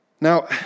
Now